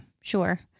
sure